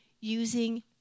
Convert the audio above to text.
using